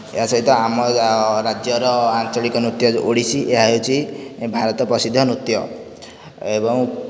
ଏହା ସହିତ ଆମ ରାଜ୍ୟର ଆଞ୍ଚଳିକ ନୃତ୍ୟ ଓଡ଼ିଶୀ ଏହା ହେଉଛି ଭାରତ ପ୍ରସିଦ୍ଧ ନୃତ୍ୟ ଏବଂ